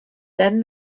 then